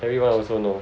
everyone also know